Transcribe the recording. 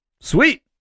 sweet